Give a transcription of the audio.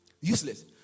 Useless